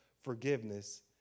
forgiveness